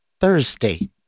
Thursday